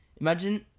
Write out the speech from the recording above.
Imagine